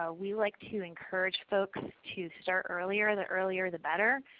ah we like to encourage folks to start earlier, the earlier the better.